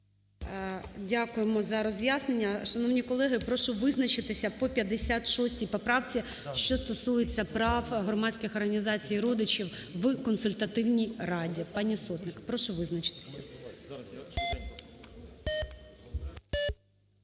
Дякуємо за роз'яснення. Шановні колеги, прошу визначитися по 56 поправці, що стосується прав громадських організацій родичів в Консультативній раді, пані Сотник. Прошу визначитися.